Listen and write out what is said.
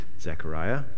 Zechariah